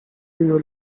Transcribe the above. you